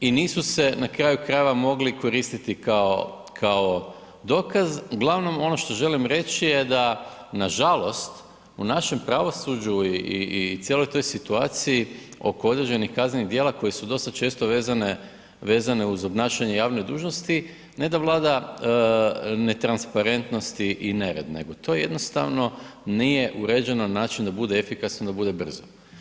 I nisu se na kraju krajeva mogli koristiti kao dokaz, uglavnom ono što želim reći je da nažalost u našem pravosuđu i cijeloj toj situaciji oko određenih kaznenih djela koja su dosta često vezane uz obnašanje javne dužnosti, ne da vlada netransparentnost i nered nego to jednostavno nije uređeno na način da bude efikasno, da bude brzo.